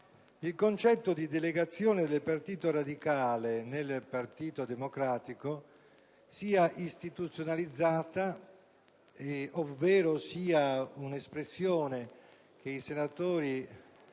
il concetto di delegazione del Partito radicale nel Partito Democratico sia istituzionalizzato ovvero sia un'espressione che i senatori